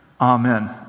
Amen